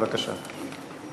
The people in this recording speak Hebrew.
זה בוודאי לא הפתרון.